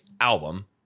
album